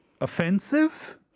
offensive